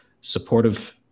supportive